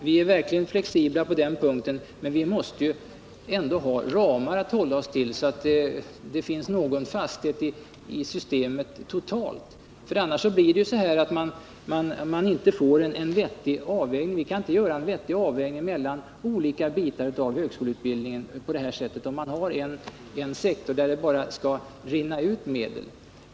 Vi är verkligen flexibla på den punkten, men vi måste ju ändå ha ramar att hålla oss till, så att det finns någon fasthet i systemet totalt. Vi kan inte göra en vettig avvägning mellan olika bitar av högskoleutbildningen, om man har en sektor där det bara skall rinna ut medel.